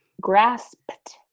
grasped